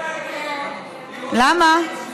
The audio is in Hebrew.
למה?